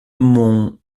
mont